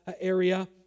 area